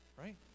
Right